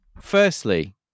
firstly